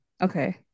okay